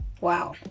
wow